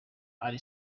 ally